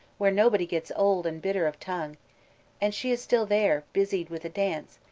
where nobody gets old and bitter of tongue and she is still there, busied with a dance,